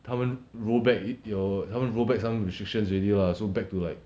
他们 rollback 有他们 rollback some restrictions already lah so back to like